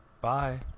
Bye